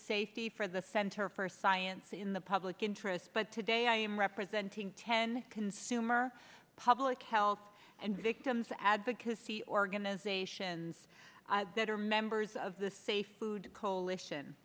safety for the center for science in the public interest but today i am representing ten consumer public health and victim's advocacy organizations that are members of the safe food coalition